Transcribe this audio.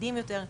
אחידים יותר,